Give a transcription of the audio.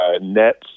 Nets